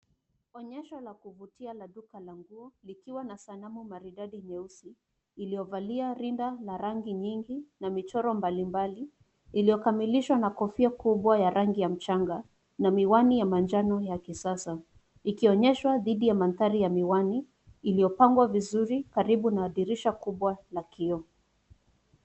Onysho la kuvutia la duka la nguo likiwa na sanamu maridadi nyeusi iliovalia rinda ya rangi nyingi na michoro mbalimbali iliyokamilisha na kofia kubwa ya rangi ya mchang na miwani ya majano ya kisasa ikionyesha didhi ya manthari ya miwani iliyopangwa vizuri karibu na dirisha kubwa la kioo.